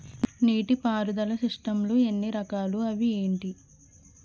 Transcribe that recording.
నీటిపారుదల సిస్టమ్ లు ఎన్ని రకాలు? అవి ఏంటి?